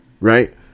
right